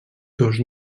dos